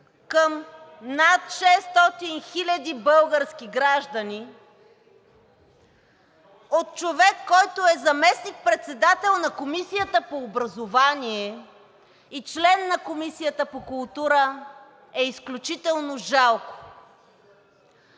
към над 600 хиляди български граждани от човек, който е заместник-председател на Комисията по образование и член на Комисията по култура, е изключително жалко.